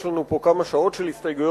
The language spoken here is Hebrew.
יש לנו פה כמה שעות של הסתייגויות,